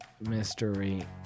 mystery